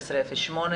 שלום חברים.